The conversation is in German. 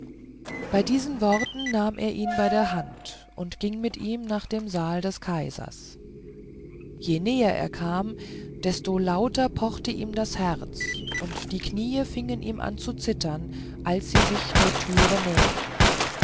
bei diesen worten nahm er ihn bei der hand und ging mit ihm nach dem saal des kaisers je näher er kam desto lauter pochte ihm das herz und die kniee fingen ihm an zu zittern als sie sich der türe näherten